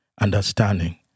understanding